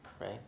right